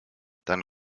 dann